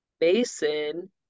basin